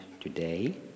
today